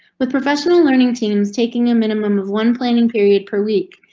with professional learning teams taking a minimum of one planning period per week,